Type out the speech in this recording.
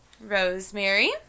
rosemary